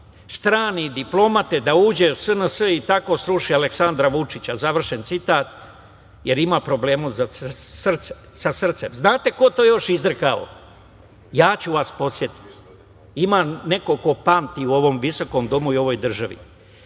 strane diplomate da uđe u SNS i tako sruši Aleksandra Vučića, završen citat, jer ima problema sa srcem. Znate li ko je to još izrekao? Ja ću vas podsetiti. Ima neko ko pamti u ovom visokom domu i u ovoj državi.